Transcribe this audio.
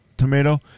tomato